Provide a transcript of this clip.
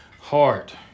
heart